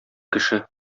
кеше